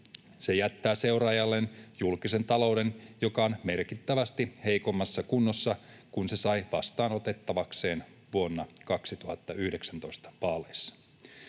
Se jättää seuraajalleen julkisen talouden, joka on merkittävästi heikommassa kunnossa kuin se sai vastaanotettavakseen vuonna 2019 vaaleissa.